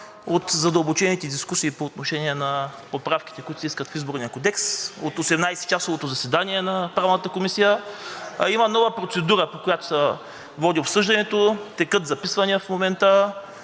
от задълбочените дискусии по отношение на поправките, които се искат в Изборния кодекс от 18-часовото заседание на Правната комисия. Има нова процедура, по която се води обсъждането, текат записвания в момента